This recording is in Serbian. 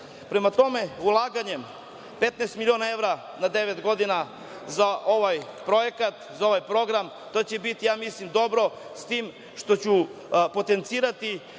tome, ulaganjem 15 miliona evra na devet godina za ovaj projekat, za ovaj program, to će biti ja mislim dobro, s tim što ću potencirati